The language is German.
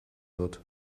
wird